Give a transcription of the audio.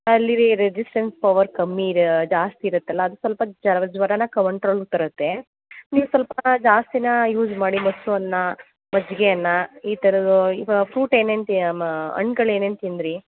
ಅಲ್ಲಿ resistance power ಕಮ್ಮಿ ಇದೆ ಜಾಸ್ತಿ ಇರುತ್ತಲ ಅದು ಸ್ವಲ್ಪ ಜ್ವರನ ಕಂಟ್ರೋಲಿಗೆ ತರುತ್ತೆ ನೀವು ಸ್ವಲ್ಪ ಜಾಸ್ತಿನೆ ಯೂಸ್ ಮಾಡಿ ಮೊಸರು ಅನ್ನ ಮಜ್ಜಿಗೆ ಅನ್ನ ಈ ಥರದ್ದು ಇವು ಫ್ರುಟ್ ಏನೇನು ತಿ ಮಾ ಹಣ್ಗಳ್ ಏನೇನು ತಿಂದಿರಿ